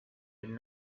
had